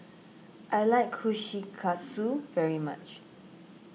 I like Kushikatsu very much